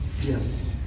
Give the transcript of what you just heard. Yes